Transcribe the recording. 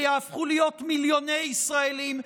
שיהפכו להיות מיליוני ישראלים,